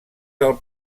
del